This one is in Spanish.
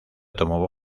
tomó